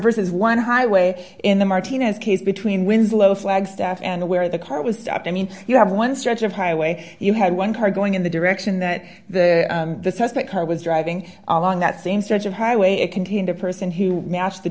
verses one highway in the martinez case between winslow flagstaff and where the car was stopped i mean you have one stretch of highway you had one car going in the direction that the suspect was driving along that same stretch of highway it contained a person who asked the